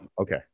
okay